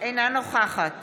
אינה נוכחת